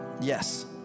Yes